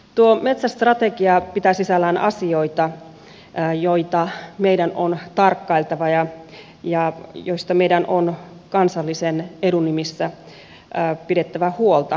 tuo metsästrategia pitää sisällään asioita joita meidän on tarkkailtava ja joista meidän on kansallisen edun nimissä pidettävä huolta